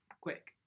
quick